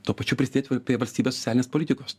tuo pačiu prisidėt prie valstybės socialinės politikos